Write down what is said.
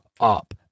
up